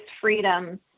freedom